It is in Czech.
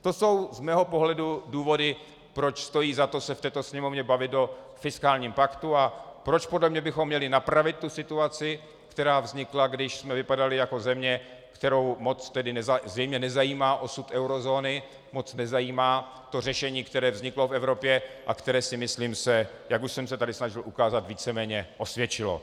To jsou z mého pohledu důvody, proč stojí za to se v této Sněmovně bavit o fiskálním paktu a proč podle mě bychom měli napravit tu situaci, která vznikla, když jsme vypadali jako země, kterou moc zřejmě nezajímá osud eurozóny, moc nezajímá to řešení, které vzniklo v Evropě a které se, myslím, jak už jsem se tady snažil ukázat, víceméně osvědčilo.